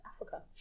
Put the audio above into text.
africa